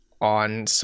on